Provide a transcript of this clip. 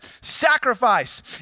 sacrifice